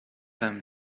them